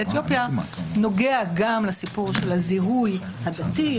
אתיופיה נוגע גם לסיפור של הזיהוי הדתי.